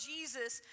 Jesus